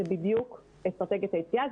זאת בדיוק אסטרטגיית היציאה,